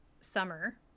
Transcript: summer